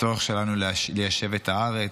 הצורך שלנו ליישב את הארץ,